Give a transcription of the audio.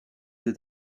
the